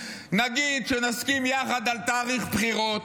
נגיד שנסכים יחד על תאריך בחירות,